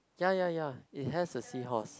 ya ya ya it has a seahorse